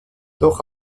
doch